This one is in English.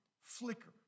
flicker